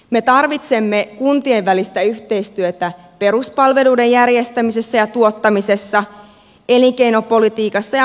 me tarvitsemme kuntien välistä yhteistyötä peruspalveluiden järjestämisessä ja tuottamisessa elinkeinopolitiikassa ja maankäytössä